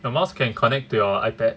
the mouse can connect to your ipad